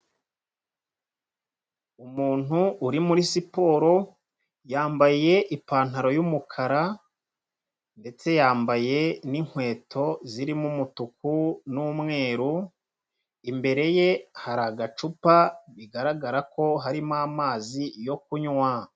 Umuntu uri muri siporo yambaye ipantaro y'umukara, ndetse yambaye n'inkweto zirimo umutuku n'umweru, imbere ye hari agacupa bigaragara ko harimo amazi yo kunywa.